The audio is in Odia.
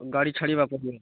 ଗାଡ଼ି ଛାଡ଼ିବା ପ୍ରୋବ୍ଲେମ୍